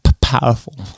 powerful